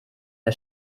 der